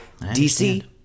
DC